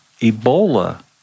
Ebola